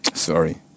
Sorry